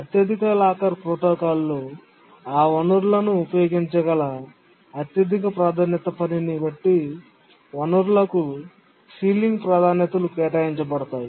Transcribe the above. అత్యధిక లాకర్ ప్రోటోకాల్లో ఆ వనరులను ఉపయోగించగల అత్యధిక ప్రాధాన్యత పనిని బట్టి వనరులకు సీలింగ్ ప్రాధాన్యతలు కేటాయించబడతాయి